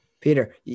Peter